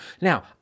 Now